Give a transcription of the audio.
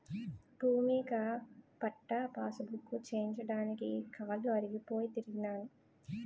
భూమిక పట్టా పాసుబుక్కు చేయించడానికి కాలు అరిగిపోయి తిరిగినాను